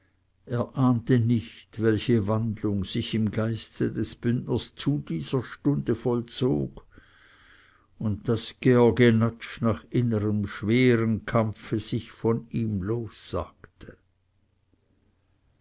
er ahnte nicht welche wandlung sich im geiste des bündners zu dieser stunde vollzog und daß georg jenatsch nach innerm schweren kampfe sich von ihm lossagte